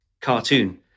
cartoon